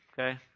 okay